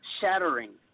shattering